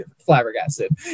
flabbergasted